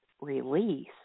release